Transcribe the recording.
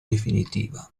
definitiva